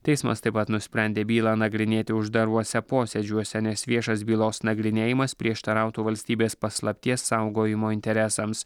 teismas taip pat nusprendė bylą nagrinėti uždaruose posėdžiuose nes viešas bylos nagrinėjimas prieštarautų valstybės paslapties saugojimo interesams